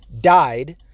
died